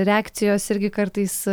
reakcijos irgi kartais